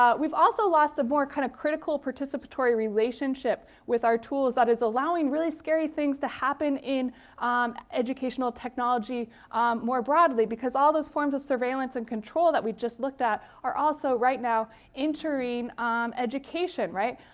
ah we've also lost the more kind of critical participatory relationship with our tools that is allowing really scary things to happen in educational technology more broadly. because all those forms of surveillance and control that we just looked at are also right now entering um education. right?